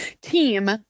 team